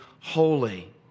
holy